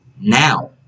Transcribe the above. now